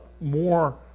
more